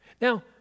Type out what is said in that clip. Now